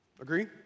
Agree